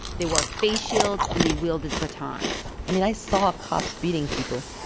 they wore face shields, and they wielded batons i mean, i saw cops beating people,